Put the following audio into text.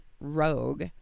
rogue